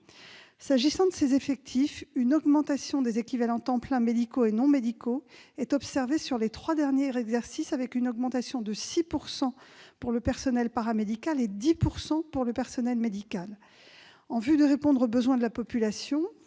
S'agissant de ses effectifs, une augmentation des équivalents temps plein médicaux et non médicaux est observée sur les trois derniers exercices : elle est de 6 % pour le personnel paramédical et de 10 % pour le personnel médical. En vue de répondre aux besoins d'une population